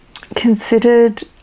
considered